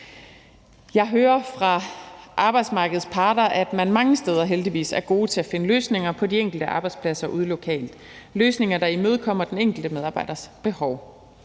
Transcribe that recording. Jeg hører fra arbejdsmarkedets parter, at man mange steder heldigvis er gode til at finde løsninger på de enkelte arbejdspladser ude lokalt, løsninger, der imødekommer den enkelte medarbejders behov,